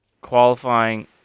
qualifying